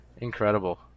Incredible